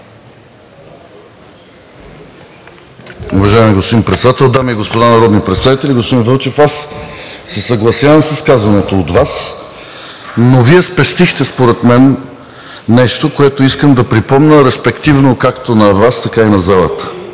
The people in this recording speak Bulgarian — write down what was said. Уважаеми господин Председател, дами и господа народни представители! Господин Вълчев, съгласявам се с казаното от Вас, но Вие спестихте според мен нещо, което искам да припомня респективно както на Вас, така и на залата.